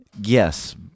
Yes